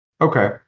Okay